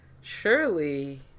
surely